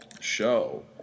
show